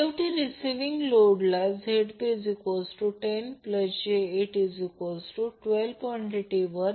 शेवटी रिसिविंग लोडला Zp10j812